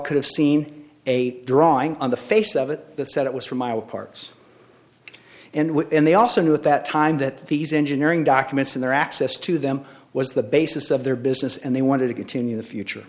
could have seen a drawing on the face of it that said it was from iowa parks and what and they also knew at that time that these engineering documents and their access to them was the basis of their business and they wanted to continue the future